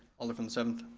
alder from the seventh.